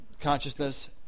consciousness